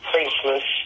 Faceless